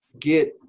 get